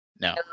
No